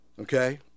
Okay